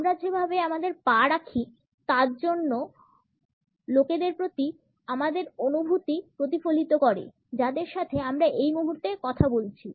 আমরা যেভাবে আমাদের পা রাখি তা অন্য লোকেদের প্রতি আমাদের অনুভূতি প্রতিফলিত করে যাদের সাথে আমরা এই মুহূর্তে কথা বলছি